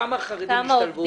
כמה חרדים השתלבו?